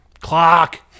Clock